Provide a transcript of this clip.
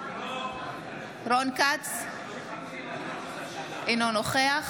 אינו נוכח